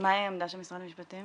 מהי העמדה של משרד המשפטים?